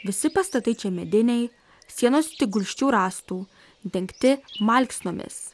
visi pastatai čia mediniai sienos tik gulsčių rąstų dengti malksnomis